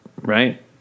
Right